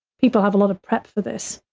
people have a lot of prep for this.